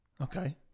Okay